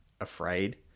afraid